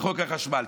בחוק החשמל?